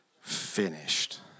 finished